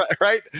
right